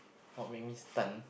what make me stun